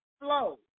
flow